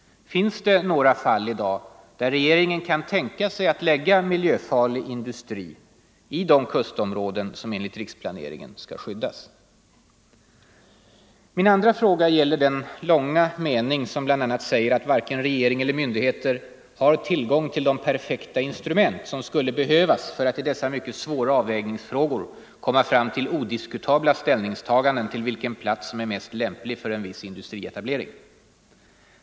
Finns det några fall i dag där regeringen kan tänka sig att lägga miljöfarlig industri i de kustområden som enligt riksplaneringen skall skyddas? Min andra fråga gäller den långa mening som bl.a. säger att varken regering eller myndigheter ”har tillgång till de perfekta instrument som skulle behövas för att i dessa mycket svåra avvägningsfrågor komma fram till odiskutabla ställningstaganden när det gäller vilken plats som är mest lämplig för en viss industrietablering”.